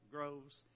Groves